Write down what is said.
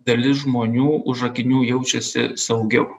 dalis žmonių už akinių jaučiasi saugiau